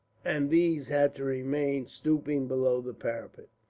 and these had to remain stooping below the parapet.